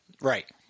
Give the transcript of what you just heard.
Right